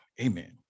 Amen